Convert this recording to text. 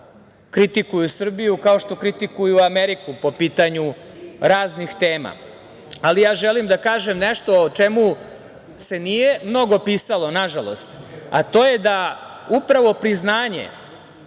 kritikuju Srbiju kao što kritikuju Ameriku po pitanju raznih tema. Ali, ja želim da kažem nešto o čemu se nije mnogo pisalo, nažalost, a to je da upravo priznanje